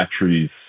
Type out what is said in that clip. batteries